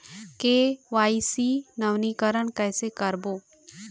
KYC नवीनीकरण कैसे करबो?